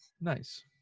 Nice